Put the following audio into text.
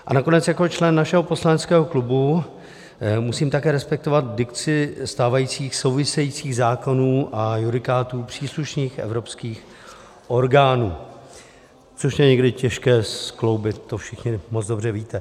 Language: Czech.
A nakonec jako člen našeho poslaneckého klubu musím také respektovat dikci stávajících souvisejících zákonů a judikátů příslušných evropských orgánů, což je někdy těžké skloubit, to všichni moc dobře víte.